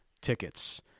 tickets